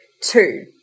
two